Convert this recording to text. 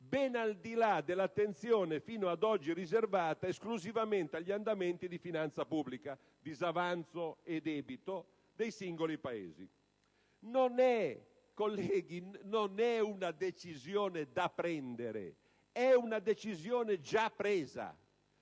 ben al di là dell'attenzione fino ad oggi riservata esclusivamente agli andamenti di finanza pubblica (disavanzo e debito) dei singoli Paesi. Non è, colleghi, una decisione da prendere; si tratta di una decisione già presa: